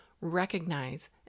recognize